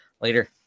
Later